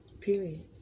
period